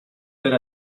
per